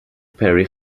perry